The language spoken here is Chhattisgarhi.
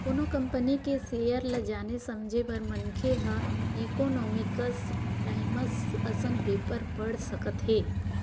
कोनो कंपनी के सेयर ल जाने समझे बर मनखे ह इकोनॉमिकस टाइमस असन पेपर पड़ सकत हे